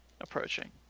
approaching